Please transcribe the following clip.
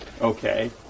okay